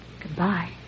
Goodbye